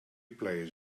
players